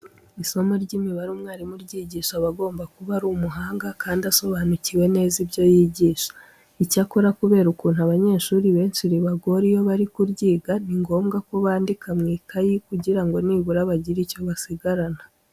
Isomo ry'imibare umwarimu uryigisha aba agomba kuba ari umuhanga kandi asobanukiwe neza ibyo yigisha. Icyakora kubera ukuntu abanyeshuri benshi ribagora iyo bari kuryiga, ni ngombwa ko bandika mu ikayi kugira ngo nibura bagire icyo basigarana.